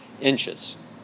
inches